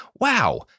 Wow